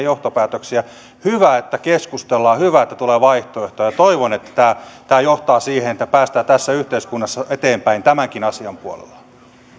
johtopäätöksiä hyvä että keskustellaan hyvä että tulee vaihtoehtoja toivon että tämä tämä johtaa siihen että päästään tässä yhteiskunnassa eteenpäin tämänkin asian puolella